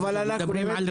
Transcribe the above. אנחנו מדברים על הרכבים.